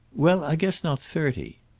well, i guess not thirty.